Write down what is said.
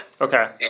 Okay